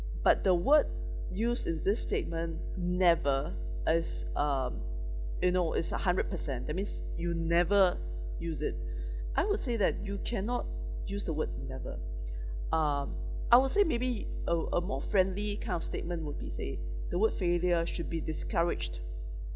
but the word used is this statement never as um you know it's a hundred percent that means you never use it I would say that you cannot use the word never um I would say maybe a a more friendly kind of statement would be say the word failure should be discouraged